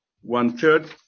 one-third